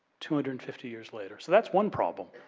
two hundred and fifty years later, so that's one problem.